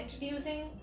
introducing